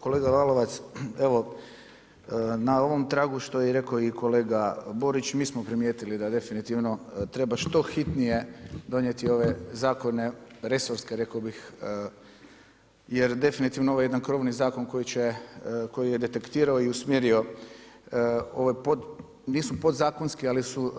Kolega Lalovac evo na ovom tragu što je i rekao kolega Borić, mi smo primijetili da definitivno treba što hitnije, donijeti ove zakone resorske, rekao bih, jer definitivno ovo je jedan krovni zakon koji je detektirao i usmjerio, nisu podzakonski, ali su